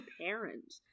parent